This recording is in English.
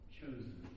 chosen